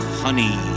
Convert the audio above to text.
honey